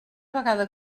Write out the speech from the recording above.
vegada